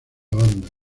banda